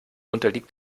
unterliegt